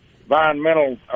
environmental